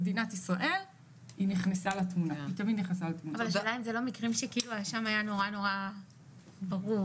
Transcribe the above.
השאלה אם לא מדובר במקרים שהאשם היה ברור.